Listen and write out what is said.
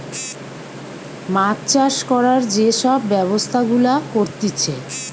মাছ চাষ করার যে সব ব্যবস্থাপনা গুলা করতিছে